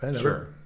Sure